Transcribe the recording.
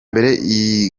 mbere